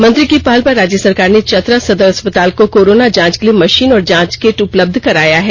मंत्री की पहल पर राज्य सरकार ने चतरा सदर अस्पताल को कोरोना जांच के लिए मशीन और जांच किट उपलब्ध कराया है